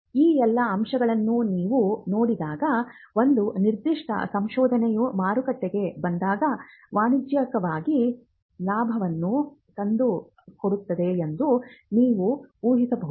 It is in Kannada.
ಈ ಎಲ್ಲಾ ಅಂಶಗಳನ್ನು ನೀವು ನೋಡಿದಾಗ ಒಂದು ನಿರ್ದಿಷ್ಟ ಸಂಶೋಧನೆಯು ಮಾರುಕಟ್ಟೆಗೆ ಬಂದಾಗ ವಾಣಿಜ್ಯಿಕವಾಗಿ ಲಾಭವನ್ನು ತಂದುಕೊಡುತ್ತದೆ ಎಂದು ನೀವು ಊಹಿಸಬಹುದು